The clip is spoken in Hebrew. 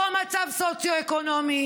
אותו מצב סוציו-אקונומי,